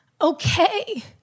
okay